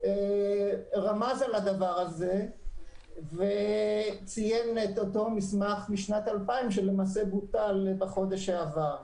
רמז על הדבר הזה וציין את אותו מסמך משנת 2000 שלמעשה בוטל בחודש שעבר.